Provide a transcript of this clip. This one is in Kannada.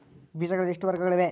ಬೇಜಗಳಲ್ಲಿ ಎಷ್ಟು ವರ್ಗಗಳಿವೆ?